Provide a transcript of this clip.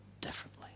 differently